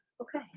Okay